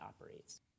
operates